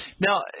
Now